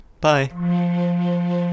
Bye